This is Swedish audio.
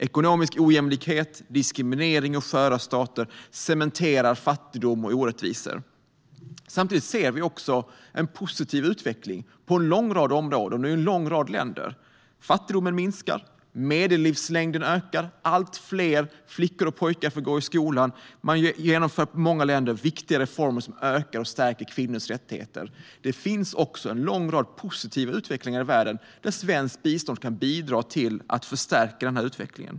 Ekonomisk ojämlikhet, diskriminering och sköra stater cementerar fattigdom och orättvisor. Samtidigt ser vi också en positiv utveckling på en lång rad områden i en lång rad länder. Fattigdomen minskar, medellivslängden ökar, allt fler flickor och pojkar får gå i skolan. Viktiga reformer har genomförts i många länder som ökar och stärker kvinnors rättigheter. Där kan svenskt bistånd bidra till att förstärka denna utveckling.